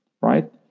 right